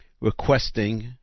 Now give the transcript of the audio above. requesting